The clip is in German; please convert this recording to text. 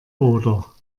oder